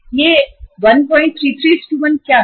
यह 1331 का वर्तमान अनुपात क्या है